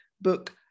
book